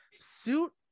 suit